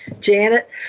Janet